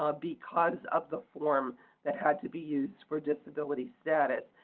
ah because of the forms that had to be used for disability status.